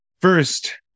First